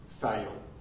fail